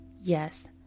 Yes